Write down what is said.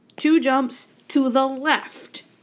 two jumps to the left.